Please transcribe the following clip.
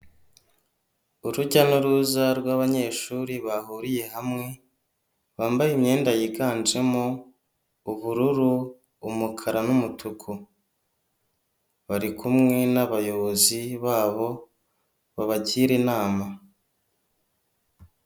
Urujya n'uruza rw'abanyeshuri bahuriye hamwe, bambaye imyenda yiganjemo ubururu umukara n'umutuku. bari kumwe n'abayobozi babo babagira inama.